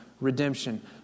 redemption